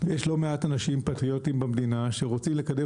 ויש לא מעט אנשים פטריוטים במדינה שרוצים לקדם